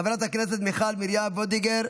חברת הכנסת מיכל מרים וולדיגר,